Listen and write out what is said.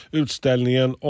utställningen